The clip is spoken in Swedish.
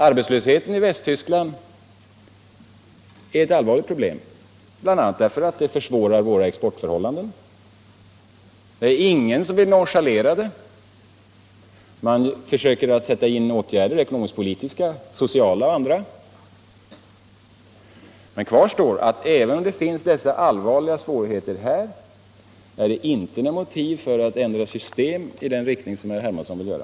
Arbetslösheten i Västtyskland är ett allvarligt problem, bl.a. därför att det försvårar våra exportförhållanden, och ingen vill nonchalera det. Man försöker sätta in åtgärder - ekonomisk-politiska, sociala och andra — men kvar står att även om det finns allvarliga svårigheter är det inte något motiv för att ändra system i den riktning som herr Hermansson vill göra.